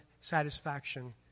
satisfaction